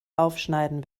aufschneiden